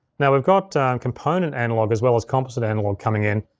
now we've got component analog as well as composite analog coming in.